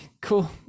cool